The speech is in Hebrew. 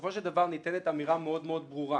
בסופו של דבר ניתנת אמירה מאוד ברורה: